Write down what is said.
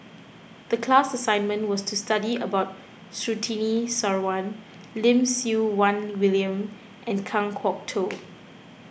the class assignment was to study about Surtini Sarwan Lim Siew Wai William and Kan Kwok Toh